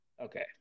okay